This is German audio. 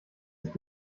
ist